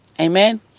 Amen